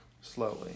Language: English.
slowly